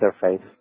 interface